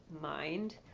mind